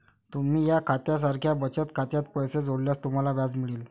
तुम्ही या खात्या सारख्या बचत खात्यात पैसे जोडल्यास तुम्हाला व्याज मिळेल